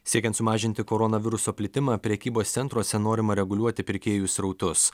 siekiant sumažinti koronaviruso plitimą prekybos centruose norima reguliuoti pirkėjų srautus